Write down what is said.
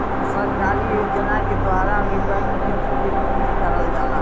सरकारी योजना के द्वारा भी बैंक मित्र के नियुक्ति करल जाला